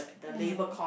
yeah